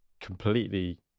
completely